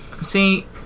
See